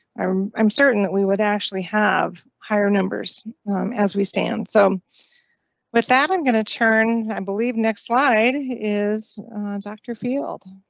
i'm i'm certain that we would actually have. higher numbers as we stand so with that i'm going to turn i believe next slide is doctor field.